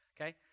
okay